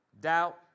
doubt